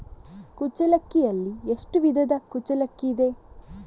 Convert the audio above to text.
ಕುಚ್ಚಲಕ್ಕಿಯಲ್ಲಿ ಎಷ್ಟು ವಿಧದ ಕುಚ್ಚಲಕ್ಕಿ ಇದೆ?